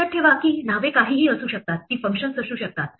लक्षात ठेवा की नावे काहीही असू शकतात ती फंक्शन्स असू शकतात